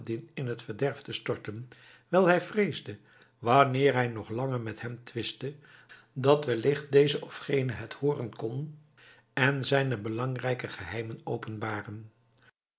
in het verderf te storten wijl hij vreesde wanneer hij nog langer met hem twistte dat wellicht deze of gene het hooren kon en zijne belangrijke geheimen openbaren